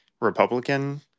Republican